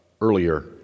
earlier